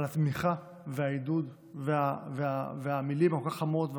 על התמיכה והעידוד והמילים הכל-כך חמות ומשמעותיות,